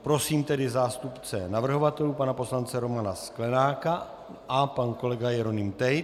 Prosím tedy zástupce navrhovatelů pana poslance Romana Sklenáka... pan kolega Jeroným Tejc.